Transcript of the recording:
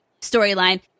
storyline